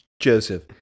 joseph